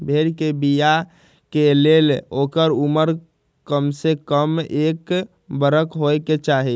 भेड़ कें बियाय के लेल ओकर उमर कमसे कम एक बरख होयके चाही